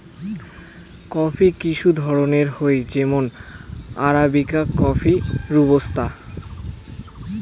coffee কিসু ধরণের হই যেমন আরাবিকা কফি, রোবুস্তা